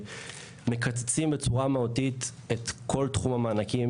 שמקצצים בצורה מהותית את כל תחום המענקים,